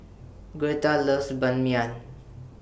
Gertha loves Ban Mian